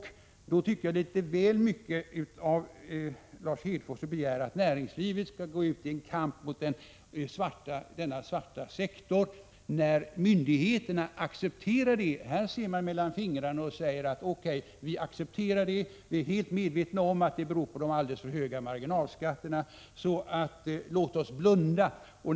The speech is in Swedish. Jag anser att det är väl mycket begärt av Lars Hedfors att näringslivet skall gå ut i en kamp mot denna svarta sektor när myndigheterna accepterar den. Man ser mellan fingrarna och säger: O. K., vi accepterar det, vi är helt medvetna om att det beror på de alldeles för höga marginalskatterna, så låt oss blunda.